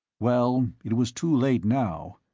well, it was too late now.